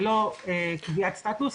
ללא קביעת סטטוס,